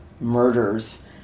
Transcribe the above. murders